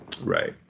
Right